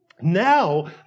Now